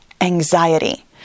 anxiety